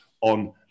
on